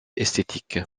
esthétique